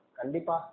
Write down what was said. Kandipa